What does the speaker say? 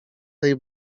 tej